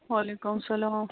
وعلیکُم سلام